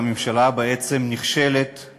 והממשלה בעצם נכשלת פעם